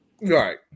Right